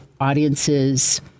audiences